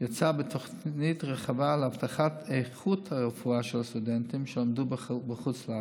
יצא בתוכנית רחבה להבטחת איכות הרפואה של סטודנטים שלמדו בחוץ לארץ.